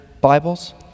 Bibles